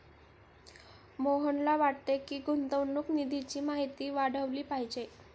मोहनला वाटते की, गुंतवणूक निधीची माहिती वाढवली पाहिजे